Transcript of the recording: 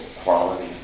quality